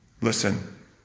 listen